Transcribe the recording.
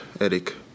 Eric